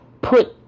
put